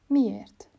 Miért